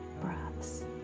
breaths